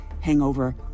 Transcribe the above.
hangover